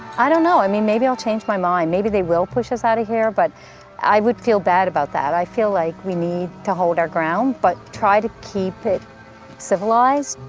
i don't know, i mean maybe i'll change my mind. maybe they will push us out of here but i would feel bad about that. i feel like we need to hold our ground but try to keep it civilized.